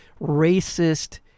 racist